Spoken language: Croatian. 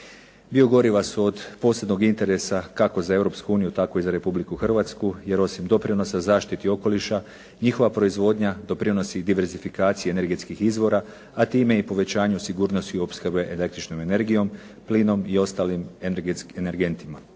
Biogoriva su od posebnog interesa kako za Europsku uniju, tako i za Republiku Hrvatsku jer osim doprinosa zaštiti okoliša njihova proizvodnja doprinosi diverzifikaciji energetskih izvora, a time i povećanju sigurnosti opskrbe električnom energijom, plinom i ostalim energentima.